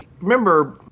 remember